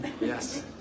Yes